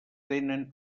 tenen